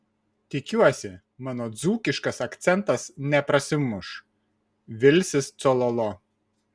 tikiuosi mano dzūkiškas akcentas neprasimuš vilsis cololo